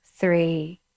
three